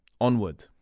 Onward